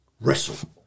wrestle